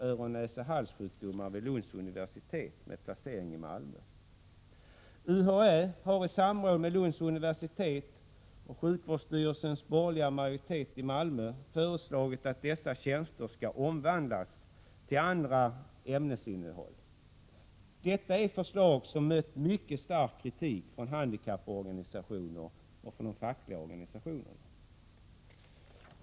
öron-, näsoch halssjukdomar vid Lunds universitet, med placering i Malmö. UHÄ har i samråd med Lunds universitet och sjukvårdsstyrelsens borgerliga majoritet i Malmö föreslagit att dessa tjänster skall omvandlas och få andra ämnesinnehåll. Detta är förslag som mött mycket stark kritik från handikapporganisationer och från de fackliga organisationerna.